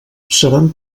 seran